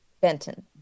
Benton